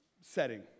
setting